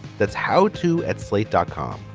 that's how to at slate dot com.